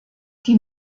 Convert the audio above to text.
die